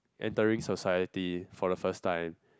entering society for the first time